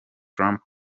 trump